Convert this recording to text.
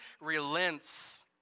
relents